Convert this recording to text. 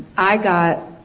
i got,